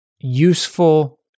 useful